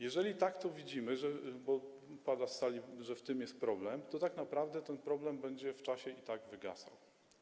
Jeżeli tak to widzimy, bo padło z sali, że w tym jest problem, to tak naprawdę ten problem będzie z czasem wygasał.